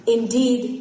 Indeed